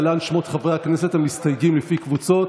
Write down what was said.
להלן שמות חברי הכנסת המסתייגים לפי קבוצות: